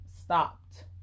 stopped